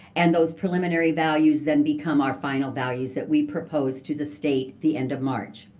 and those preliminary values then become our final values that we propose to the state the end of march.